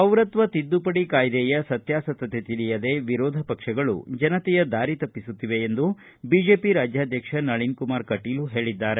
ಪೌರತ್ವ ತಿದ್ದುಪಡಿ ಕಾಯ್ದೆಯ ಸತ್ವಾಸತ್ವತೆ ತಿಳಿಯದೆ ವಿರೋಧ ಪಕ್ಷಗಳು ಜನತೆಯ ದಾರಿ ತಪ್ಪಿಸುತ್ತಿವೆ ಎಂದು ಬಿಜೆಪಿ ರಾಜ್ಯಾಧ್ಯಕ್ಷ ನಳಿನ್ ಕುಮಾರ್ ಕಟೀಲ್ ಹೇಳಿದ್ದಾರೆ